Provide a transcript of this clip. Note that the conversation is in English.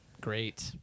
great